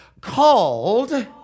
called